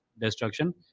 destruction